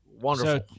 wonderful